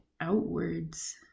outwards